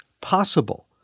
possible